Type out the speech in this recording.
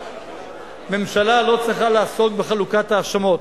ממשלה לא צריכה לעסוק בחלוקת האשמות,